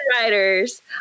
writers